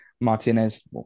Martinez